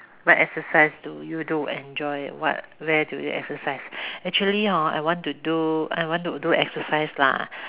what exercise do you do enjoy what where do you exercise actually hor I want to do I want to do exercise lah